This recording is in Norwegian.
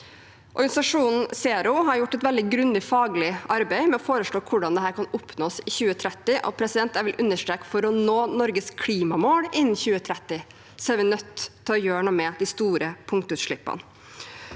Organisasjonen ZERO har gjort et veldig grundig faglig arbeid med å foreslå hvordan dette kan oppnås i 2030. Jeg vil understreke at for å nå Norges klimamål innen 2030 er vi nødt til å gjøre noe med de store punktutslippene.